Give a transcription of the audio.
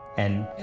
and